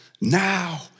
now